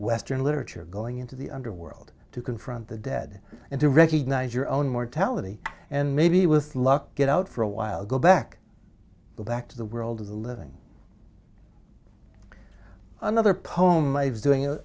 western literature going into the underworld to confront the dead and to recognise your own mortality and maybe with luck get out for a while go back go back to the world of the living another poem lives doing it